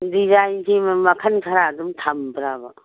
ꯗꯤꯖꯥꯏꯟꯁꯤ ꯃꯈꯟ ꯈꯔ ꯑꯗꯨꯝ ꯊꯝꯕ꯭ꯔꯕ